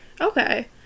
Okay